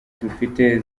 dufite